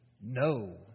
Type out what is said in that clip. No